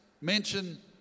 mention